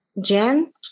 Jen